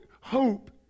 hope